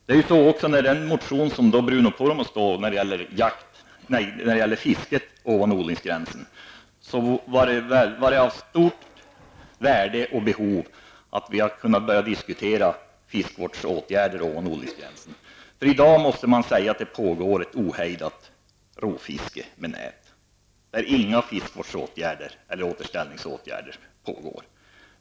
När det gäller den motion som Bruno Poromaa står för om fisket ovan odlingsgränsen vill jag säga att det hade varit av stort värde och behov att kunna börja diskutera fiskevårdsåtgärder ovan odlingsgränsen. I dag måste man säga att det pågår ett ohejdat rovfiske med nät; inga fiskevårdsåtgärder eller återställningsåtgärder vidtas.